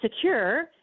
secure—